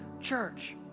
church